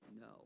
no